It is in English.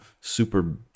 super